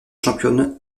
championne